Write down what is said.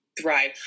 thrive